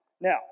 Now